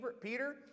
Peter